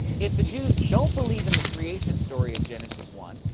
if the jews don't believe in the creation story of genesis one,